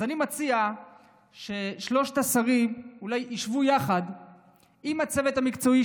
אז אני מציע ששלושת השרים אולי יישבו יחד עם הצוות המקצועי